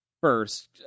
first